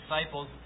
disciples